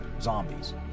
zombies